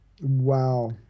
Wow